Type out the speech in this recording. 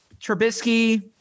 Trubisky